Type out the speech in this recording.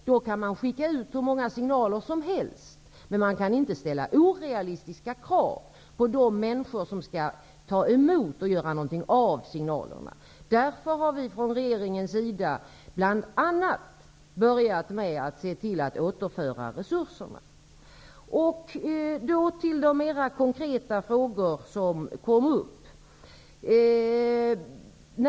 Man kan skicka ut hur många signaler som helst, men man kan inte ställa orealistiska krav på de människor som skall ta emot och göra något av signalerna. Därför har regeringen bl.a. börjat att återföra resurserna. Låt mig gå över till de mer konkreta frågor som kommit upp.